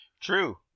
True